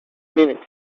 minutes